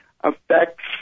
affects